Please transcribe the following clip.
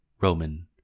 Roman